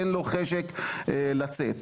אין לו חשק לצאת.